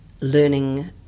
learning